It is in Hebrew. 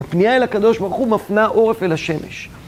פנייה אל הקדוש ברוך הוא מפנה עורף אל השמש.